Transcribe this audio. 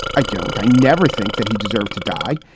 i don't i never think that he deserved to die.